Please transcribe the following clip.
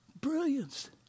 Brilliance